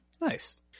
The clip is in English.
Nice